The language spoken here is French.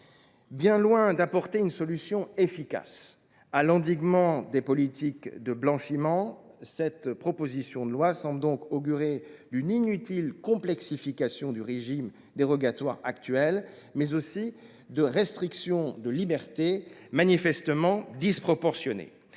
Bien loin d’apporter une solution efficace à l’endiguement des pratiques de blanchiment, la présente proposition de loi augure donc d’une inutile complexification du régime dérogatoire actuel, mais aussi de restrictions des libertés manifestement disproportionnées.